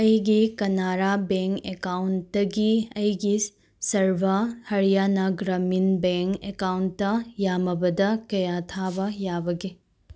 ꯑꯩꯒꯤ ꯀꯅꯥꯔꯥ ꯕꯦꯡ ꯑꯦꯛꯀꯥꯎꯟꯇꯒꯤ ꯑꯩꯒꯤ ꯁꯔꯕꯥ ꯍꯥꯔꯤꯌꯥꯅꯥ ꯒ꯭ꯔꯥꯃꯤꯟ ꯕꯦꯡ ꯑꯦꯛꯀꯥꯎꯟꯇ ꯌꯥꯝꯃꯕꯗ ꯀꯌꯥ ꯊꯥꯕ ꯌꯥꯕꯒꯦ